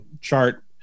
chart